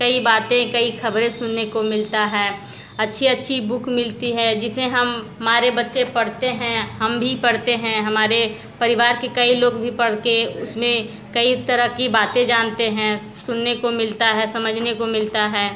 कई बातें कई ख़बरें सुनने को मिलती है अच्छी अच्छी बुक मिलती है जिससे हम हमारे बच्चे पढ़ते हैं हम भी पढ़ते हैं हमारे परिवार के कई लोग भी पढ़ कर उसमें कई तरह की बाते जानते हैं सुनने को मिलता है समझने को मिलता है